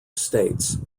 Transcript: states